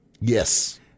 Yes